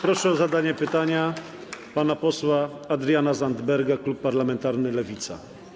Proszę o zadanie pytania pana posła Adriana Zandberga, klub parlamentarny Lewica.